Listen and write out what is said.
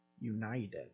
united